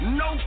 no